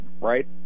right